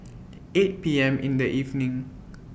eight P M in The evening